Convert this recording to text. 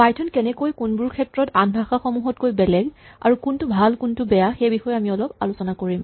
Python কেনেকৈ কোনবোৰ ক্ষেত্ৰত আন ভাষা সমূহতকৈ বেলেগ আৰু কোনটো ভাল কোনটো বেয়া সেই বিষয়ে আমি অলপ আলোচনা কৰিম